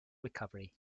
recovery